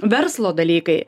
verslo dalykai